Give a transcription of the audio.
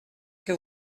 que